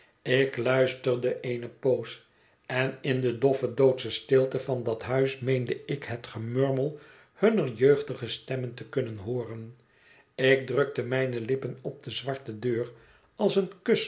ik luisterde eene poos en in de doffe doodsche stilte van dat huis meende ik het gemurmel hunner jeugdige stemmen te kunnen hooren ik drukte mijne lippen op de zwarte deur als een kus